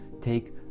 take